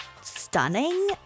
stunning